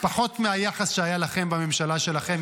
פחות מהיחס שהיה לכם בממשלה שלכם,